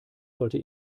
sollte